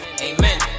Amen